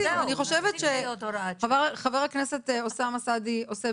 אני חושבת שחבר הכנסת אוסאמה סעדי עושה